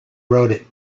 wrote